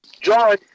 John